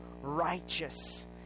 righteous